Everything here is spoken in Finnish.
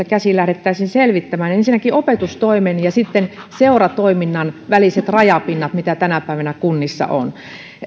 käsin lähdettäisiin selvittämään ensinnäkin opetustoimen ja seuratoiminnan väliset rajapinnat mitä tänä päivänä kunnissa on